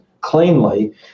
cleanly